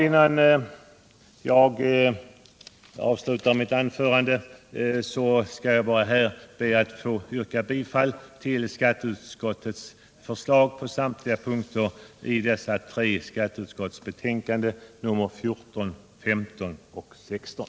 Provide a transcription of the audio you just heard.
Innan jag avslutar mitt anförande, herr talman, skall jag be att få yrka bifall till skatteutskottets hemställan i betänkandena nr 14, 15 och 16.